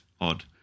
odd